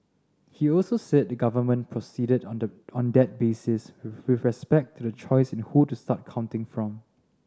he also said the government proceeded on the that basis with respect to the choice in who to start counting from